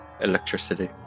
electricity